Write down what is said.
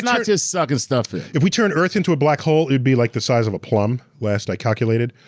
like just sucking stuff in. if we turned earth into a black hole, it would be like the size of a plum, last i calculated.